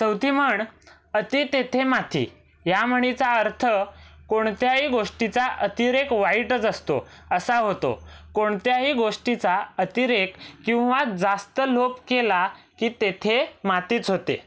चौथी म्हण अति तेथे माती या म्हणीचा अर्थ कोणत्याही गोष्टीचा अतिरेक वाईटच असतो असा होतो कोणत्याही गोष्टीचा अतिरेक किंवा जास्त लोभ केला की तेथे मातीच होते